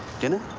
dinner?